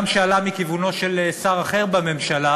גם כשעלה מכיוונו של שר אחר בממשלה,